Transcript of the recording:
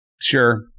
Sure